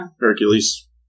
Hercules